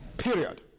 period